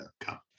come